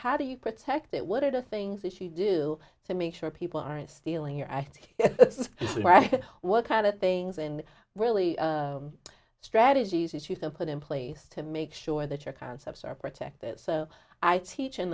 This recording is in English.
how do you protect it what are the things that you do to make sure people aren't stealing your item right what kind of things and really strategies issues are put in place to make sure that your concepts are protected so i teach in